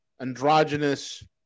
androgynous